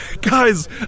Guys